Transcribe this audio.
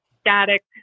static